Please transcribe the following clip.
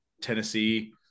Tennessee